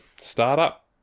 startup